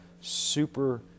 super